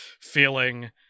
feeling